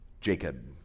Jacob